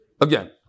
Again